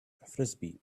frisbee